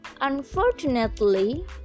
Unfortunately